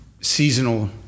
seasonal